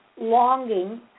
longing